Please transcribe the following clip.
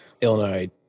Illinois